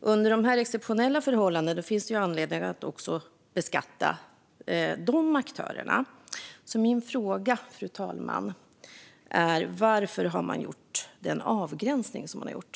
Under dessa exceptionella förhållanden finns det anledning att beskatta också dessa aktörer. Min fråga, fru talman, är: Varför har regeringen gjort den avgränsning som man har gjort?